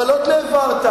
אבל עוד לא העברת.